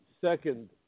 second